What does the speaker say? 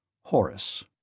Horace